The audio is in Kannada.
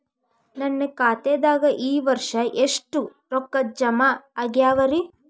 ನನ್ನ ಖಾತೆದಾಗ ಈ ವರ್ಷ ಎಷ್ಟು ರೊಕ್ಕ ಜಮಾ ಆಗ್ಯಾವರಿ?